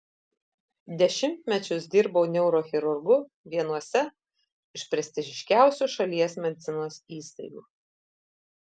dešimtmečius dirbau neurochirurgu vienose iš prestižiškiausių šalies medicinos įstaigų